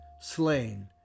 Slain